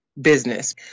business